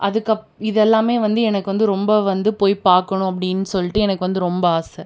அதுக்கப்ற இதெல்லாம் வந்து எனக்கு வந்து ரொம்ப வந்து போய் பார்க்கணும் அப்படின்னு சொல்லிட்டு எனக்கு வந்து ரொம்ப ஆசை